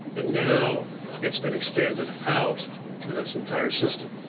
and now it's been expanded out to this entire system.